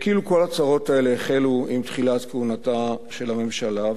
כאילו כל הצרות האלה החלו עם תחילת כהונתה של הממשלה.